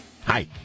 Hi